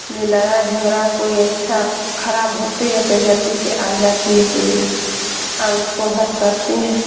جو لڑائی جھگڑا کوئی اچھا خراب ہوتی ہے تو جلدی سے آ جاتی ہے پولیس اور اس کو حل کرتے ہیں